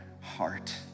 heart